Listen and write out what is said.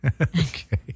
Okay